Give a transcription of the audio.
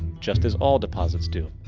just as all deposits do.